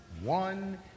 one